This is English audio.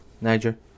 Niger